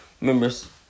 members